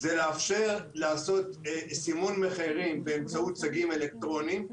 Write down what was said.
לאפשר לעשות סימון מחירים באמצעות צגים אלקטרוניים,